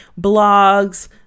blogs